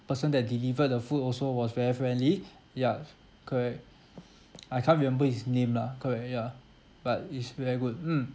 person that delivered the food also was very friendly ya correct I can't remember his name lah correct ya but it's very good mm